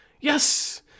Yes